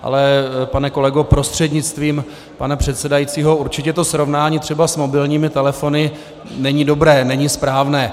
Ale pane kolego prostřednictvím pana předsedajícího, určitě to srovnání třeba s mobilními telefony není dobré, není správné.